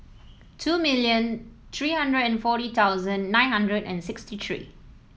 two million three hundred and forty thousand nine hundred and sixty three